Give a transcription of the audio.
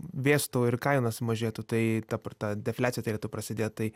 vėstų ir kaina sumažėtų tai ta pa defliacija turėtų prasidėt tai